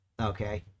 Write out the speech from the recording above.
Okay